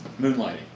Moonlighting